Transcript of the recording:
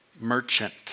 merchant